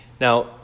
Now